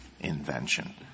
invention